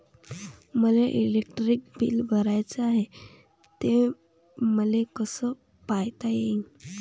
मले electric bill भराचं हाय, ते मले कस पायता येईन?